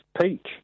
Peach